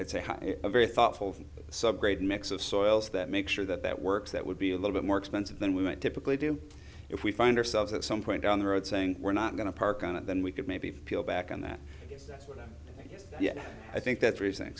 it's a very thoughtful subgrade mix of soils that make sure that that works that would be a little bit more expensive than we typically do if we find ourselves at some point down the road saying we're not going to park on it then we could maybe feel back on that is that yes yes i think that raising